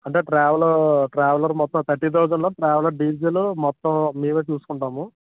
అంటే travel travel మొత్తం thirty థౌసండ్లో ట్రావెల్ డీజిల్ మొత్తం మేము చూసుకుంటాము